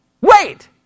Wait